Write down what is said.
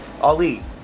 Ali